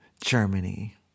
Germany